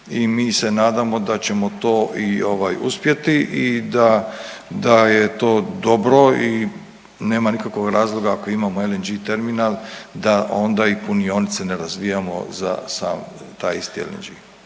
i mi se nadamo da ćemo to i ovaj uspjeti i da, da je to dobro i nema nikakvog razloga ako imamo LNG terminal da ona i punionice ne razvijamo za sam taj isti LNG.